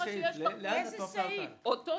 - איזה סעיף?